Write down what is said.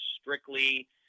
strictly